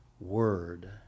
word